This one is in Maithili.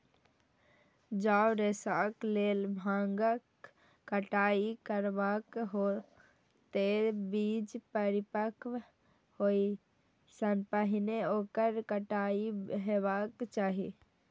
जौं रेशाक लेल भांगक कटाइ करबाक हो, ते बीज परिपक्व होइ सं पहिने ओकर कटाइ हेबाक चाही